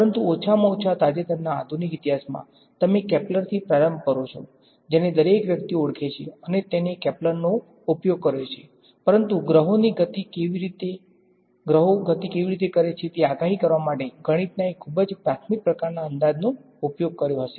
પરંતુ ઓછામાં ઓછા તાજેતરના આધુનિક ઇતિહાસમાં તમે કેપ્લરથી પ્રારંભ કરો છો જેને દરેક વ્યક્તિએ ઓળખે છે અને તેણે કેલ્ક્યુલસનો ઉપયોગ કર્યો છે પરંતુ ગ્રહોની ગતિ કેવી રીતે કરે છે તે આગાહી કરવા માટે ગણતરીના એક ખૂબ જ પ્રાથમિક પ્રકારના અંદાજનો ઉપયોગ કર્યો હતો